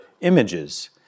images